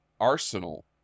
arsenal